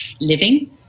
living